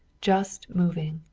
just moving,